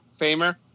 Famer